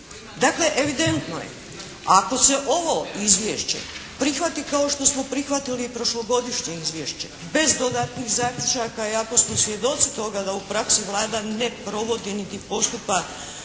Dakle, evidentno je ako se ovo izvješće prihvati kao što smo prihvatili i prošlogodišnje izvješće, bez dodatnih zaključaka i ako smo svjedoci toga da u praksi Vlada ne provodi niti postupa